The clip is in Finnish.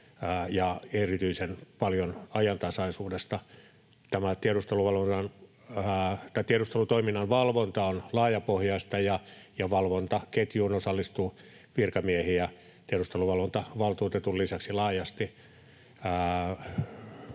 ja erityisen paljon ajantasaisuudesta. Tämä tiedustelutoiminnan valvonta on laajapohjaista, ja valvontaketjuun osallistuu virkamiehiä tiedusteluvalvontavaltuutetun lisäksi laajasti.